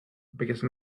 because